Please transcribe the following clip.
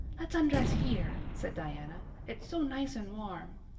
let's undress here, said diana. it's so nice and warm.